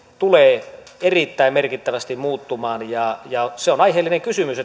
tulee erittäin merkittävästi muuttumaan ja ja se on aiheellinen kysymys